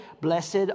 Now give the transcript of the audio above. Blessed